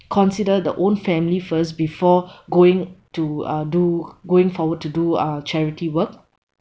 consider their own family first before going to uh do going forward to do uh charity work